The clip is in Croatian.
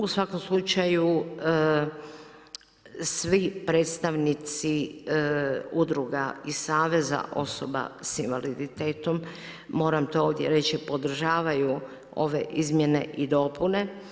U svakom slučaju svi predstavnici udruga i Saveza osoba sa invaliditetom moram to ovdje reći podržavaju ove izmjene i dopune.